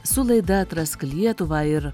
su laida atrask lietuvą ir